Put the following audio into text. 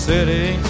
City